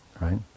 Right